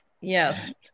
yes